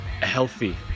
healthy